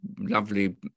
lovely